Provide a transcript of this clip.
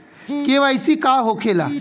KYC का होखेला?